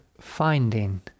finding